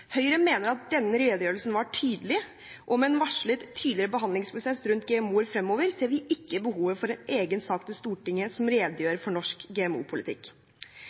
Høyre mener at denne redegjørelsen var tydelig, og med en varslet tydeligere behandlingsprosess rundt GMO-er fremover ser vi ikke behov for en egen sak til Stortinget som redegjør for norsk